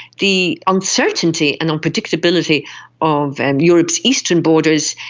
the uncertainty and unpredictability of and europe's eastern borders,